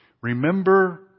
remember